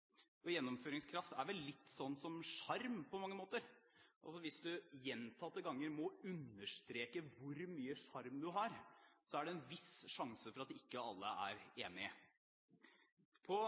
gjennomfører. Gjennomføringskraft er vel på mange måter litt sånn som sjarm. Hvis du gjentatte ganger må understreke hvor mye sjarm du har, er det en viss sjanse for at ikke alle er enig. På